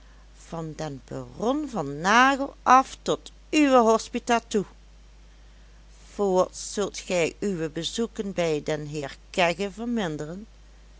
van den baron van nagel af tot uwe hospita toe voorts zult gij uwe bezoeken bij den heer kegge verminderen